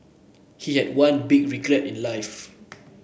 he had one big regret in life